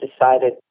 decided